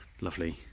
Lovely